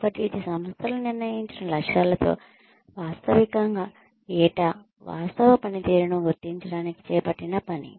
కాబట్టి ఇది సంస్థలు నిర్ణయించిన లక్ష్యాలతో వాస్తవంగా ఏటా వాస్తవ పనితీరును గుర్తించడానికి చేపట్టిన పని